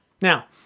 Now